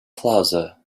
plaza